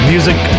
Music